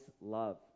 love